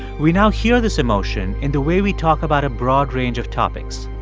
we now hear this emotion in the way we talk about a broad range of topics.